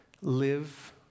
live